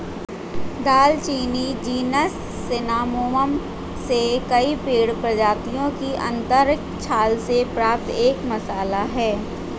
दालचीनी जीनस सिनामोमम से कई पेड़ प्रजातियों की आंतरिक छाल से प्राप्त एक मसाला है